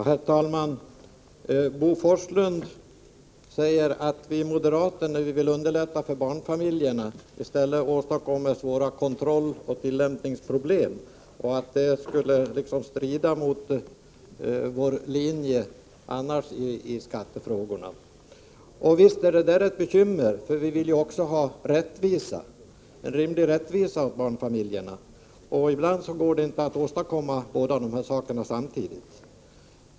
Herr talman! Bo Forslund säger att vi moderater, när vi vill underlätta för barnfamiljerna, i stället åstadkommer kontrolloch tillämpningsproblem samt att det skulle strida mot vår linje i övrigt i skattepolitiken. Visst är det där ett bekymmer. Vi vill nämligen också ha rättvisa åt barnfamiljerna, och ibland går det inte att åstadkomma båda sakerna samtidigt.